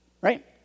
right